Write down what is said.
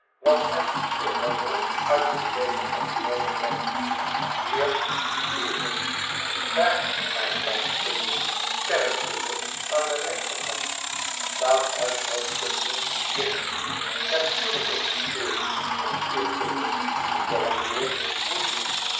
wat men voor handel uit de tweede hand noodig had hier geschiedenis daar aardrijksktmde sterrekunde aan de rechterhand staathuishoudkunde links natuurlijke historie natuurkunde vormleer muziek